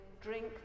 drink